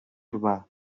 urbà